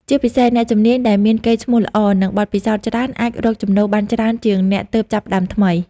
ជាពិសេសអ្នកជំនាញដែលមានកេរ្តិ៍ឈ្មោះល្អ និងបទពិសោធន៍ច្រើនអាចរកចំណូលបានច្រើនជាងអ្នកទើបចាប់ផ្តើមថ្មី។